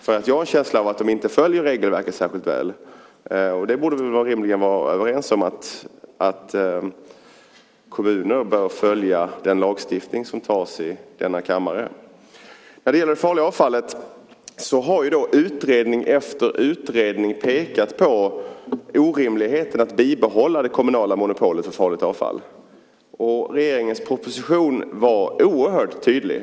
Jag har en känsla av att de inte följer regelverket särskilt väl. Det borde vi rimligen vara överens om, att kommunerna bör följa den lagstiftning som antas i denna kammare. När det gäller det farliga avfallet har utredning efter utredning pekat på orimligheten i att bibehålla det kommunala monopolet. Regeringens proposition var oerhört tydlig.